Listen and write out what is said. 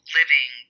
living